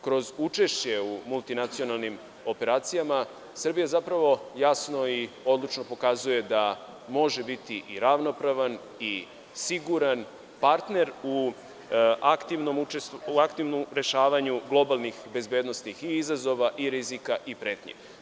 Kroz učešće u multinacionalnim operacijama Srbija zapravo jasno i odlučno pokazuje da može biti i ravnopravan i siguran partner u aktivnom rešavanju globalnih bezbednosnih i izazova i rizika i pretnji.